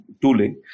tooling